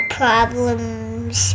problems